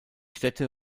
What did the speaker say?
städte